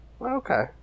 Okay